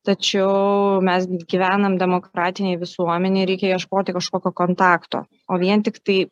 tačiau mes gyvenam demokratinėj visuomenėj reikia ieškoti kažkokio kontakto o vien tiktai